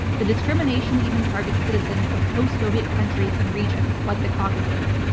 the discrimination even targets citizens of post-soviet countries and regions like the caucuses.